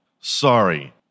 Sorry